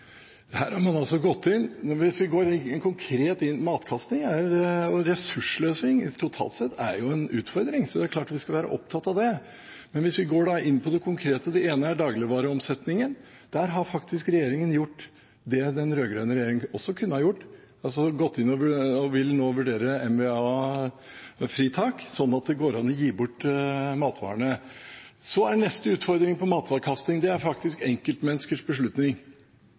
utfordring, så det er klart vi skal være opptatt av det. Men hvis vi går inn på det konkrete: Det ene er dagligvareomsetningen. Der har regjeringen gjort det den rød-grønne regjeringen også kunne ha gjort – den vil vurdere mva.-fritak, slik at det går an å gi bort matvarene. Neste utfordring med matvarekasting er enkeltmenneskers beslutning. Jeg bruker ganske mye tid på mine barn når det gjelder best-før-dato og utløpsdato, og prøver å få dem til i hvert fall å lukte på matvaren før den kastes. Det tror jeg ganske mange gjør, og det er